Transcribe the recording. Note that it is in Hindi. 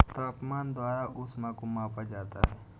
तापमान द्वारा ऊष्मा को मापा जाता है